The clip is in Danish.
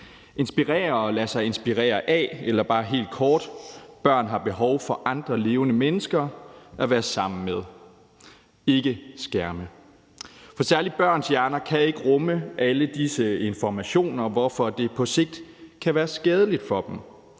inspirere og lade sig inspirere af. Eller bare sagt helt kort: Børn har behov for andre levende mennesker at være sammen med, ikke skærme. For særlig børns hjerner kan ikke rumme alle disse informationer, hvorfor det på sigt kan være skadeligt for dem.